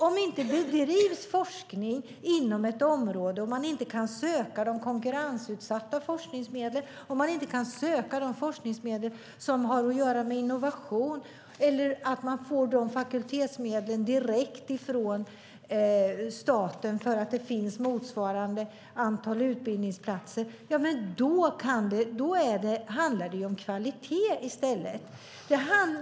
Om det inte bedrivs forskning inom ett område och om man inte kan söka de konkurrensutsatta forskningsmedlen och om man inte kan söka de forskningsmedel som har att göra med innovation eller att man får de fakultetsmedlen direkt från staten för att det finns motsvarande antal utbildningsplatser handlar det om kvalitet i stället.